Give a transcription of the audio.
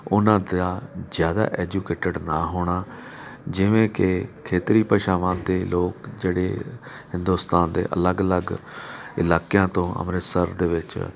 ਉਹਨਾਂ ਦਾ ਜ਼ਿਆਦਾ ਐਜੂਕੇਟਿਡ ਨਾ ਹੋਣਾ ਜਿਵੇਂ ਕਿ ਖੇਤਰੀ ਭਾਸ਼ਾਵਾਂ ਦੇ ਲੋਕ ਜਿਹੜੇ ਹਿੰਦੁਸਤਾਨ ਦੇ ਅਲੱਗ ਅਲੱਗ ਇਲਾਕਿਆਂ ਤੋਂ ਅੰਮ੍ਰਿਤਸਰ ਦੇ ਵਿੱਚ